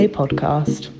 podcast